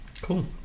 cool